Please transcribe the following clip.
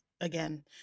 again